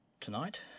Tonight